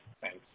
Thanks